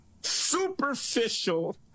superficial